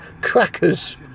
Crackers